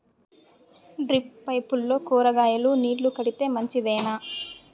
Drip పైపుల్లో కూరగాయలు నీళ్లు కడితే మంచిదేనా?